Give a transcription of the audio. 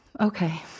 Okay